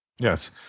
Yes